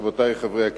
רבותי חברי הכנסת,